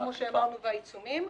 כמו שאמרנו, והעיצומים.